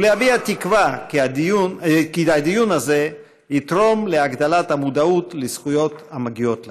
ולהביע תקווה שהדיון הזה יתרום להגדלת המודעות לזכויות המגיעות להם.